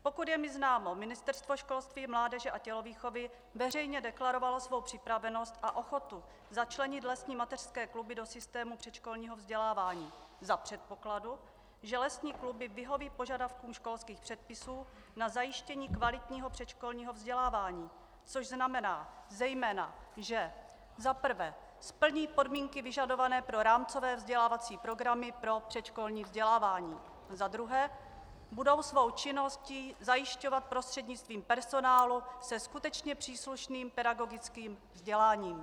Pokud je mi známo, Ministerstvo školství, mládeže a tělovýchovy veřejně deklarovalo svou připravenost a ochotu začlenit lesní mateřské kluby do systému předškolního vzdělávání za předpokladu, že lesní kluby vyhoví požadavkům školských předpisů na zajištění kvalitního předškolního vzdělávání, což znamená zejména, že za prvé splní podmínky vyžadované pro rámcové vzdělávací programy pro předškolní vzdělávání, za druhé budou svou činnost zajišťovat prostřednictvím personálu se skutečně příslušným pedagogickým vzděláním.